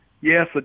Yes